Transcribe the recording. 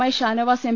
I Shanavas M